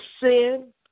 sin